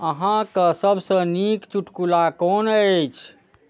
अहाँक सबसँ नीक चुटकुला कोन अछि